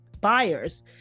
buyers